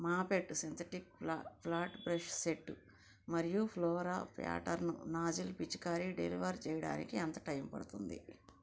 మాపెడ్ synthetic ఫ్లా flat brush set మరియు flora pattern nozzle పిచికారి డెలివర్ చేయడానికి ఎంత టైం పడుతుంది